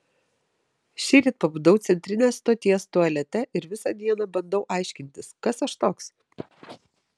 šįryt pabudau centrinės stoties tualete ir visą dieną bandau aiškintis kas aš toks